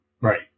Right